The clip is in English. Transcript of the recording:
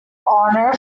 honor